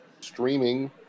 streaming